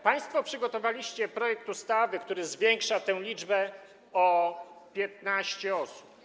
Państwo przygotowaliście projekt ustawy, który zwiększa tę liczbę o 15 osób.